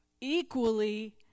equally